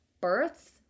births